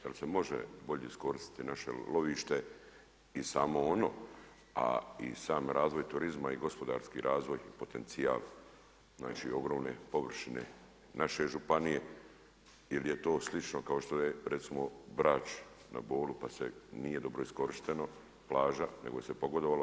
Jel' se može bolje iskoristiti naše lovište i samo ono, a i sam razvoj turizma i gospodarski razvoj potencijal, znači ogromne površine naše županije jer je to slično kao što je recimo Brač na Bolu pa sve nije dobro iskorišteno – plaža nego se pogodovalo.